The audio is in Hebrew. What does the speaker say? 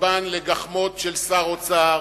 קורבן לגחמות של שר אוצר